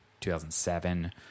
2007